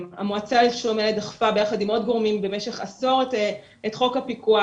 המועצה לשלום הילד דחפה עם כוד גורמים במשך עשור את חוק הפיקוח.